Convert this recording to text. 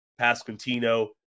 Pasquantino